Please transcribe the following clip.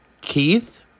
Keith